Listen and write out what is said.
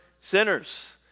sinners